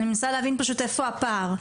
אני מנסה להבין פשוט איפה הפער.